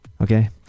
okay